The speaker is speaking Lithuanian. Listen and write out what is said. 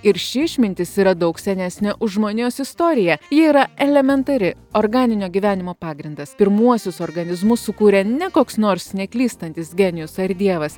ir ši išmintis yra daug senesnė už žmonijos istoriją ji yra elementari organinio gyvenimo pagrindas pirmuosius organizmus sukūrė ne koks nors neklystantis genijus ar dievas